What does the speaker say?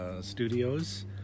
Studios